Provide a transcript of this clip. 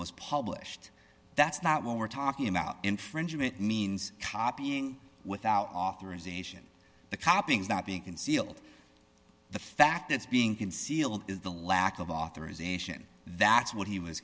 was published that's not what we're talking about infringement means copying without authorization the copying is not being concealed the fact that's being concealed is the lack of authorization that's what he was